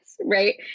right